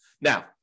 Now